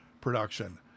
production